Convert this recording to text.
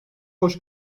hoş